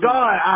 God